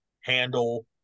handle